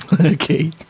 Okay